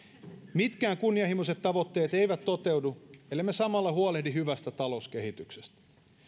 mitkään kunnianhimoiset tavoitteet eivät toteudu ellemme samalla huolehdi hyvästä talouskehityksestä